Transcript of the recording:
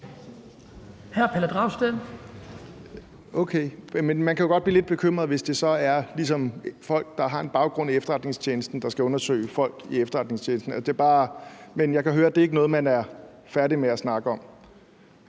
man kan jo godt blive lidt bekymret, hvis det så ligesom er folk, der har en baggrund i efterretningstjenesten, der skal undersøge folk i efterretningstjenesten. Men jeg kan høre, at det ikke er noget, man er færdig med at snakke om.